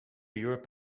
europe